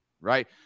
right